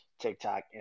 TikTok